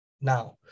now